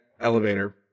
elevator